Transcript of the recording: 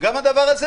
גם זה נעלם